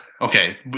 okay